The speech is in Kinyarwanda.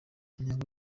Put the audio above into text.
intego